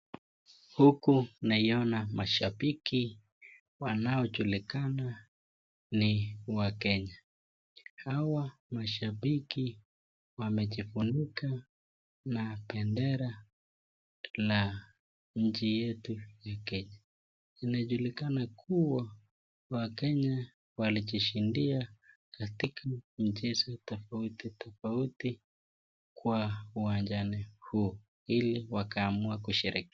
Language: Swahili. Huku naona mashabiki wanao julikana ni Wakenya. Hawa mashabiki wamejifunika na bendera la nchi yetu ya Kenya. Inajulikana kuwa Wakenya walijishindia katika mchezo tofauti tofauti kwa uwanjani huu, ili wakaamua kusherehekea.